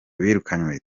birukanwe